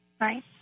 Right